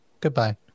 goodbye